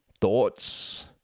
Thoughts